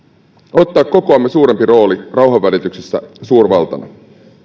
ottaa kokoamme suurempi rooli rauhanvälityksessä suurvaltana